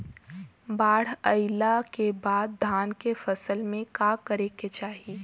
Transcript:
बाढ़ आइले के बाद धान के फसल में का करे के चाही?